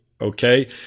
okay